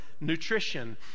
nutrition